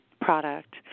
product